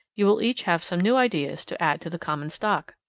you will each have some new ideas to add to the common stock.